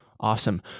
Awesome